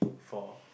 for